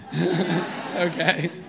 Okay